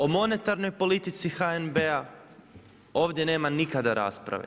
O monetarnoj politici HNB-a ovdje nema nikada rasprave.